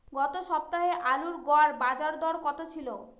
গত সপ্তাহে আলুর গড় বাজারদর কত ছিল?